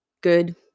good